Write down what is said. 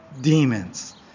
demons